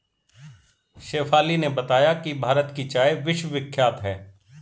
शेफाली ने बताया कि भारत की चाय विश्वविख्यात है